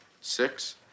six